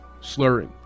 slurring